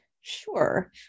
sure